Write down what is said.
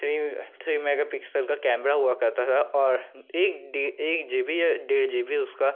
three three megapixel का camera हुआ करता था और एक एक जी बी या डेढ़ जी बी उसकी